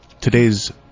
Today's